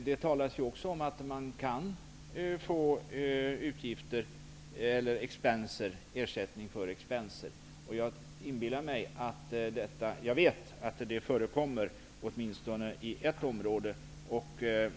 Det talas också om att man kan få ersättning för expenser. Jag vet att det förekommer åtminstone i ett område.